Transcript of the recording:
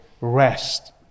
rest